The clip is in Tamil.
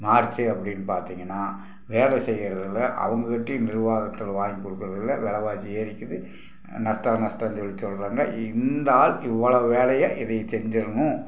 மாறிச்சு அப்படின்னு பார்த்தீங்கன்னா வேலை செய்கிறத விட அவுங்கக்கிட்டேயும் நிர்வாகத்தில் வாங்கிக் கொடுக்கறத விட வெலைவாசி ஏறிக்குது நஷ்டம் நஷ்டம் சொல்லி சொல்கிறாங்க இந்த ஆள் இவ்வளோவு வேலையை இதை செஞ்சிடுணும்